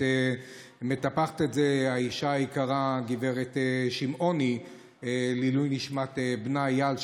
שמטפחת אותה האישה היקרה גב' שמעוני לעילוי נשמת בנה איל,